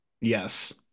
Yes